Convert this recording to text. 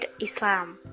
Islam